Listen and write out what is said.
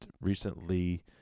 recently